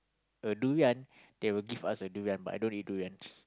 a durian they will give us a durian but I don't eat durians